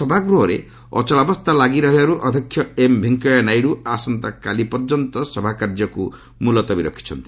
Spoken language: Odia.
ସଭାଗୃହରେ ଅଚଳାବସ୍ଥା ଲାଗି ରହିବାରୁ ଅଧ୍ୟକ୍ଷ ଏମ୍ ଭେଙ୍କେୟା ନାଇଡୁ ଆସନ୍ତାକାଲି ପର୍ଯ୍ୟନ୍ତ ସଭାକାର୍ଯ୍ୟକୁ ମୁଲତବୀ ରଖିଛନ୍ତି